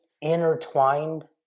intertwined